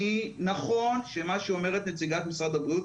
נכון שמה שאומרת נציגת משרד הבריאות,